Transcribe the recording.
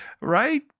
right